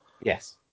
Yes